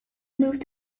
moved